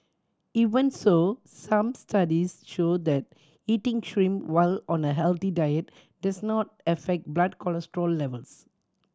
even so some studies show that eating shrimp while on a healthy diet does not affect blood cholesterol levels